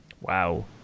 Wow